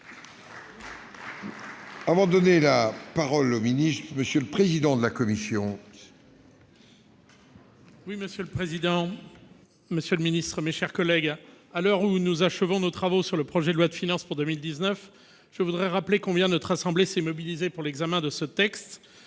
Sénat a adopté. La parole est à M. le président de la commission. Monsieur le président, monsieur le ministre, mes chers collègues, à l'heure où nous achevons nos travaux sur le projet de loi de finances pour 2019, je voulais rappeler combien notre assemblée s'est mobilisée pour l'examen de ce texte.